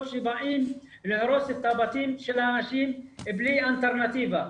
שבאים להרוס את הבתים של האנשים בלי אלטרנטיבה.